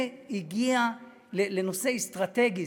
זה הגיע לנושא אסטרטגי.